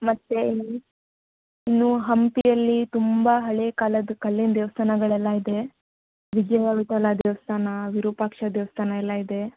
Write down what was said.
ಮತ್ತು ಇಲ್ಲಿ ಇನ್ನು ಹಂಪಿಯಲ್ಲಿ ತುಂಬ ಹಳೆಯ ಕಾಲದ ಕಲ್ಲಿನ ದೇವಸ್ಥಾನಗಳೆಲ್ಲ ಇದೆ ವಿಜಯ ವಿಠ್ಠಲ ದೇವಸ್ಥಾನ ವಿರೂಪಾಕ್ಷ ದೇವಸ್ಥಾನ ಎಲ್ಲ ಇದೆ